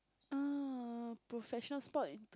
uh professional sport